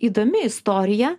įdomi istorija